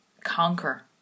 conquer